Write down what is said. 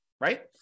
right